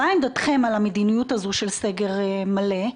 מה עמדתכם על המדיניות הזו של סגר מלא?